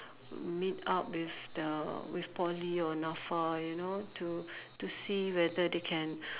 meet up with the with Poly or Nafa you know to to see whether they can